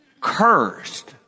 cursed